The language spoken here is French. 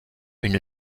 une